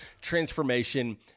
transformation